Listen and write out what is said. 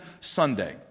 Sunday